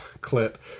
clip